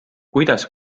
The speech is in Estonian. kuidas